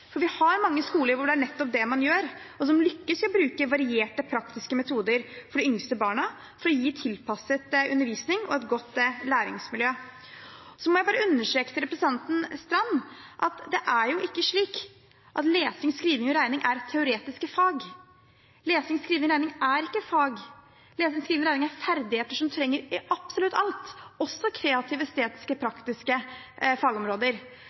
Vi har mange skoler hvor det er nettopp det man gjør, og som lykkes i å bruke varierte praktiske metoder for de yngste barna, for å gi tilpasset undervisning og et godt læringsmiljø. Så må jeg bare understreke til representanten Knutsdatter Strand at det ikke er slik at lesing, skriving og regning er teoretiske fag. Lesing, skriving og regning er ikke fag – lesing, skriving og regning er ferdigheter som vi trenger til absolutt alt, også kreative, estetiske og praktiske fagområder.